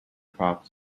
cough